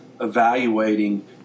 evaluating